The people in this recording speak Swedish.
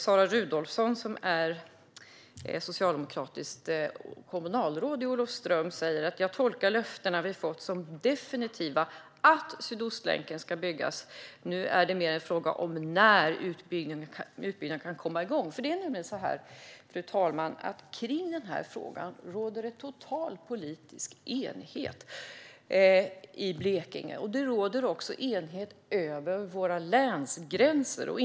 Sara Rudolfsson, socialdemokratiskt kommunalråd, sa att hon tolkade löftena de fått om att Sydostlänken ska byggas som definitiva och att det mer var en fråga om när utbyggnaden kan komma igång. Fru talman! Vad gäller denna fråga råder total politisk enighet i Blekinge. Det råder också enighet över våra länsgränser.